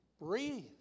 breathe